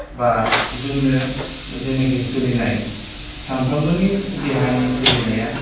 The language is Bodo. बा जोंनो जेनोखि सोलिनाय सानफ्रोमबोनि देहानि सोलिनाया